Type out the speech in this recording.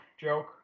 joke